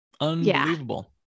Unbelievable